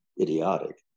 idiotic